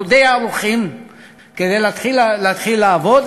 אנחנו די ערוכים להתחיל לעבוד.